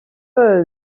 بره